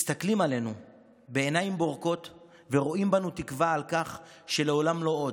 מסתכלים עלינו בעיניים בורקות ורואים בנו תקווה לכך ש"לעולם לא עוד".